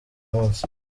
munsi